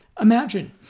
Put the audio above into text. imagine